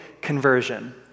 conversion